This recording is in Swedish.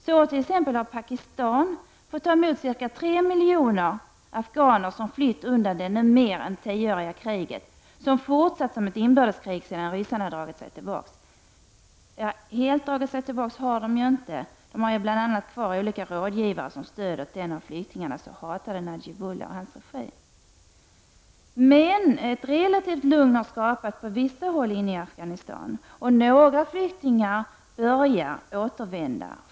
Så t.ex. har Pakistan fått ta emot cirka tre miljoner afghaner som flytt undan det nu mer än tioåriga kriget, som fortsatt som ett inbördeskrig sedan ryssarna dragit sig tillbaka. Ja, helt dragit sig tillbaka har de ju inte. De har bl.a. kvar olika rådgivare som stöd åt den av flyktingarna så hatade Najibulla och hans regim. Emellertid har relativt lugn skapats på vissa håll i Afghanistan. Några flyktingar börjar återvända.